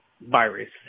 virus